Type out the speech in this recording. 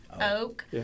Oak